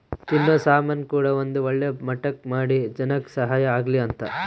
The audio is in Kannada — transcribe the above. ತಿನ್ನೋ ಸಾಮನ್ ಕೂಡ ಒಂದ್ ಒಳ್ಳೆ ಮಟ್ಟಕ್ ಮಾಡಿ ಜನಕ್ ಸಹಾಯ ಆಗ್ಲಿ ಅಂತ